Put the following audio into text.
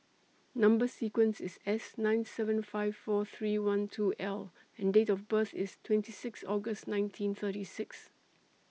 Number sequence IS S nine seven five four three one two L and Date of birth IS twenty six August nineteen thirty six